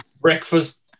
breakfast